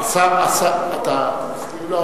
השר, אתה מסכים?